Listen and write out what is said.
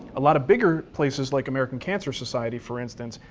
a lot of bigger places like american cancer society, for instance,